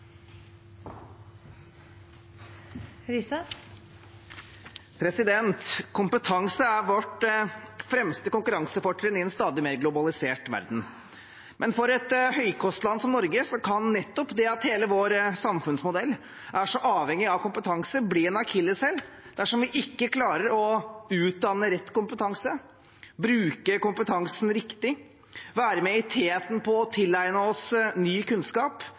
velferden. Kompetanse er vårt fremste konkurransefortrinn i en stadig mer globalisert verden. Men for et høykostland som Norge kan nettopp det at hele vår samfunnsmodell er så avhengig av kompetanse, bli en akilleshæl dersom vi ikke klarer å utdanne rett kompetanse, bruke kompetansen riktig, være med i teten for å tilegne oss ny kunnskap,